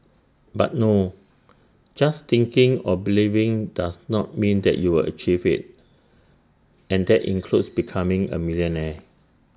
but no just thinking or believing does not mean that you will achieve IT and that includes becoming A millionaire